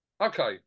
Okay